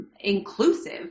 inclusive